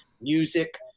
music